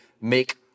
make